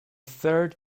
third